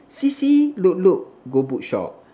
see see look look go bookshop